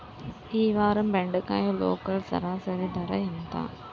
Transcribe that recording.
ఈ వారం బెండకాయ లోకల్ సరాసరి ధర ఎంత?